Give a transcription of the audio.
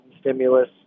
stimulus